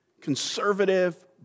conservative